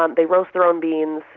um they roast their own beans,